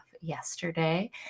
yesterday